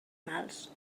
mals